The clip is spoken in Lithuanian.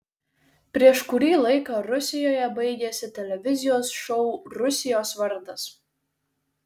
prieš kurį laiką rusijoje baigėsi televizijos šou rusijos vardas